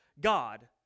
God